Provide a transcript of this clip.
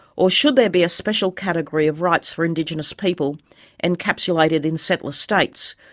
or should there be a special category of rights for indigenous people encapsulated in settler states,